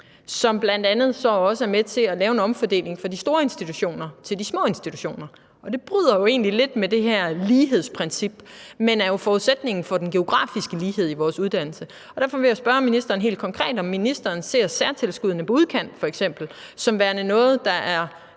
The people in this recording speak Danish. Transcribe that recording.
som bl.a. også er med til at lave en omfordeling fra de store institutioner til de små institutioner, og det bryder jo egentlig lidt med det her lighedsprincip, men er jo forudsætningen for den geografiske lighed i vores uddannelser. Derfor vil jeg spørge ministeren helt konkret, om ministeren ser særtilskuddene til f.eks. udkanten som værende noget, der,